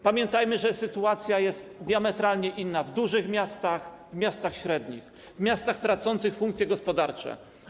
Pamiętajmy, że sytuacja jest diametralnie inna w dużych miastach, w miastach średnich, w miastach tracących funkcje gospodarcze.